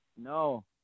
No